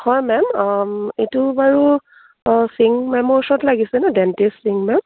হয় মেম এইটো বাৰু সিং মেমৰ ওচৰত লাগিছে নহ্ ডেণ্টিষ্ট সিং মেম